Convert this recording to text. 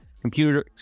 computer